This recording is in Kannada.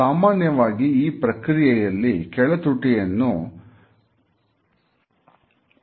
ಸಾಮಾನ್ಯವಾಗಿ ಈ ಪ್ರಕ್ರಿಯೆಯಲ್ಲಿ ಕೆಳತುಟಿಯನ್ನು ಕಚ್ಚುತ್ತ್ತೇವೆ